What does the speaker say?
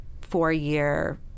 four-year